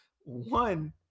One